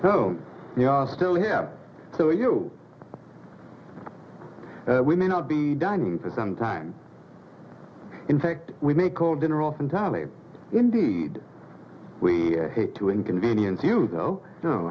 know you are still here so you we may not be dining for some time in fact we may call dinner off entirely indeed we hate to inconvenience you